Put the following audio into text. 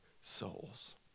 souls